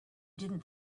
didn’t